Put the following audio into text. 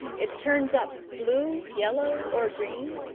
it turns up blue, yellow, or green,